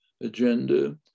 agenda